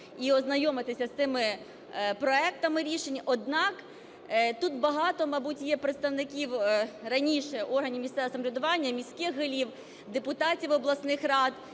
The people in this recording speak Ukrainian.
і ознайомитися з тими проектами рішень. Однак тут багато, мабуть, є представників раніше органів місцевого самоврядування і міських голів, депутатів обласних рад.